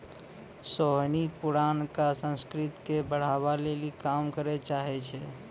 सोहिनी पुरानका संस्कृति के बढ़ाबै लेली काम करै चाहै छै